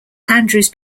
andrews